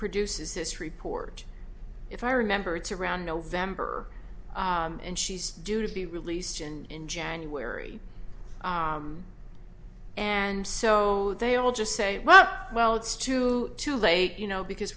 produces this report if i remember it's around november and she's due to be released in january and so they all just say well well it's too too late you know because